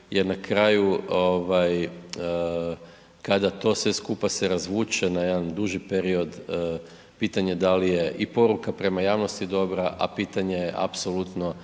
jer na kraju ovaj kada to sve skupa se razvuče na jedan duži period, pitanje da li je i poruka prema javnosti dobra, a pitanje je apsolutno